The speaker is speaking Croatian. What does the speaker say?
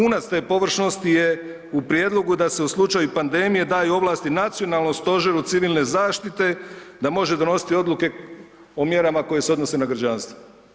Vrhunac te površnosti je u prijedlogu da se u slučaju pandemije daju ovlasti Nacionalnom stožeru civilne zaštite da može donositi odluke o mjerama koje se odnose na građanstvo.